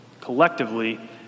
collectively